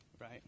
Right